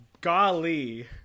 golly